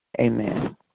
Amen